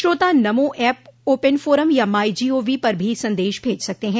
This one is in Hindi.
श्रोता नमो ऐप ओपन फोरम या माई गॉव पर भी संदेश भेज सकते हैं